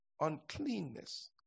Uncleanness